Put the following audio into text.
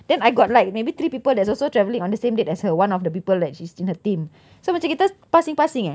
then I got like maybe three people that's also travelling on the same date as her one of the people that she's in her team so macam kita passing passing eh